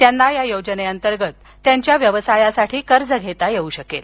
त्यांना या योजनेअंतर्गत त्यांच्या व्यवसायासाठी कर्ज घेता येऊ शकेल